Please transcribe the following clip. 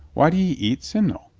why do e eat sim nel?